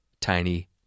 Tiny